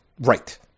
Right